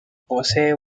posee